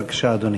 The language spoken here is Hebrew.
בבקשה, אדוני.